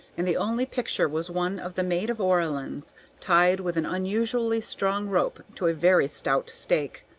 and the only picture was one of the maid of orleans tied with an unnecessarily strong rope to a very stout stake.